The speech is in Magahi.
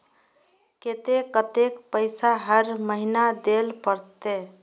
केते कतेक पैसा हर महीना देल पड़ते?